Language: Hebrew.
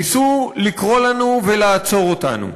ניסו לקרוא לנו ולעצור אותנו.